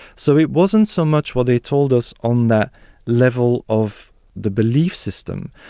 so it wasn't so much what they told us on that level of the belief system,